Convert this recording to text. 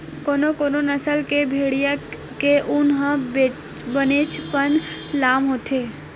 कोनो कोनो नसल के भेड़िया के ऊन ह बनेचपन लाम होथे